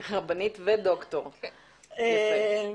שלום.